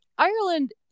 Ireland